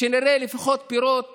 שנראה לפחות פירות